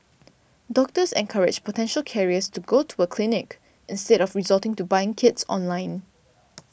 doctors encouraged potential carriers to go to a clinic instead of resorting to buying kits online